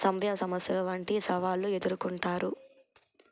సంజ్ఞ సమస్యలు వంటి సవాళ్ళు ఎదుర్కొంటారు